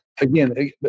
Again